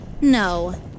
No